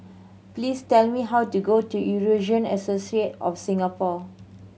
please tell me how to go to Eurasian Associate of Singapore